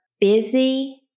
busy